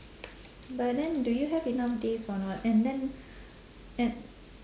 but then do you have enough days or not and then and